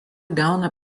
gauna